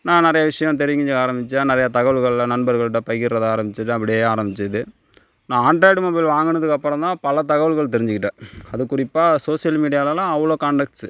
நான் நிறைய விஷயோம் தெரிஞ்சுக்க ஆரமித்தேன் நிறைய தகவல்களில் நண்பர்கள்கிட்ட பகிர்வதை ஆரமித்தேன் அப்படியே ஆரமிச்சுது நான் ஆண்ட்ராய்டு மொபைல் வாங்கனதுக்கப்புறோம் தான் பல தகவல்கள் தெரிஞ்சுகிட்டேன் அதுவும் குறிப்பாக சோஷியல் மீடியாலெலாம் அவ்வளோ கான்டக்ட்ஸு